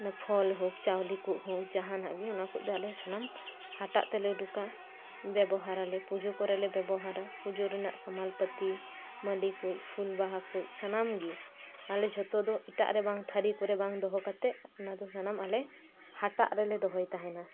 ᱯᱷᱚᱞ ᱦᱳᱠ ᱪᱟᱣᱞᱮ ᱠᱚ ᱦᱳᱠ ᱡᱟᱦᱟᱱᱟᱜ ᱜᱮ ᱚᱱᱟ ᱠᱩᱡ ᱫᱚ ᱟᱞᱮ ᱫᱚ ᱥᱟᱱᱟᱢ ᱦᱟᱴᱟᱜ ᱛᱮᱞᱮ ᱩᱰᱩᱠᱟ ᱵᱮᱵᱚᱦᱟᱨ ᱟᱞᱮ ᱯᱩᱡᱳ ᱠᱚᱨᱮ ᱞᱮ ᱵᱮᱵᱚᱦᱟᱨᱟ ᱯᱩᱡᱳ ᱨᱟᱱᱟᱜ ᱥᱟᱢᱟᱞ ᱯᱟᱹᱛᱤ ᱢᱟᱹᱞᱤ ᱠᱩᱡ ᱯᱷᱩᱞ ᱵᱟᱦᱟ ᱠᱩᱡ ᱥᱟᱱᱟᱢ ᱜᱮ ᱟᱞᱮ ᱡᱚᱛᱚ ᱫᱚ ᱮᱴᱟᱜ ᱨᱮ ᱵᱟᱝ ᱛᱷᱟᱹᱨᱤ ᱠᱚᱨᱮ ᱵᱟᱝ ᱫᱚᱦᱚ ᱠᱟᱛᱮ ᱚᱱᱟ ᱫᱚ ᱥᱟᱱᱟᱢ ᱟᱞᱮ ᱦᱟᱴᱟᱜ ᱨᱮᱞᱮ ᱫᱚᱦᱚᱭ ᱛᱟᱸᱦᱮᱱᱟ